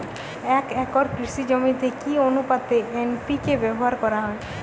এক একর কৃষি জমিতে কি আনুপাতে এন.পি.কে ব্যবহার করা হয়?